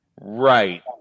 Right